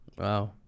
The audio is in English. Wow